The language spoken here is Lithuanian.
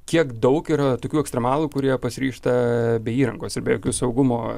kiek daug yra tokių ekstremalų kurie pasiryžta bei įrangos ir be jokių saugumo